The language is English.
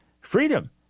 freedom